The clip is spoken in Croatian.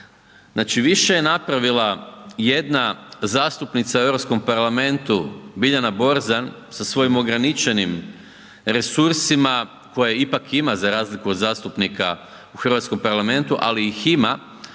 Znači više je napravila jedna zastupnica u Europskom parlamentu Biljana Borzan sa svojom ograničenim resursima koje ipak ima za razliku od zastupnika u Hrvatskom parlamentu, ali ih ima,